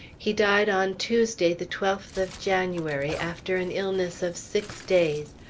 he died on tuesday the twelfth of january, after an illness of six days,